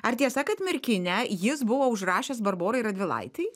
ar tiesa kad merkinę jis buvo užrašęs barborai radvilaitei